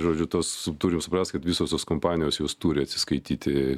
žodžiu tos turim suprast kad visos tos kompanijos jos turi atsiskaityti